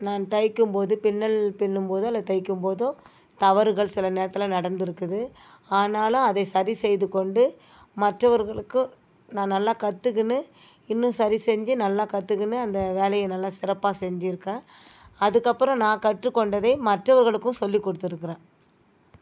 நான் தைக்கும் போது பின்னல் பின்னும் போதோ அல்ல தைக்கும் போதோ தவறுகள் சில நேரத்தில் நடந்திருக்குது ஆனாலும் அதை சரி செய்துக் கொண்டு மற்றவர்களுக்கு நான் நல்லா கற்றுக்கினு இன்னும் சரி செஞ்சு நல்லா கற்றுக்கினு அந்த வேலையை நல்லா சிறப்பாக செஞ்சிருக்கேன் அதுக்கப்புறம் நான் கற்றுக்கொண்டதை மற்றவர்களுக்கும் சொல்லி கொடுத்துருக்குறேன்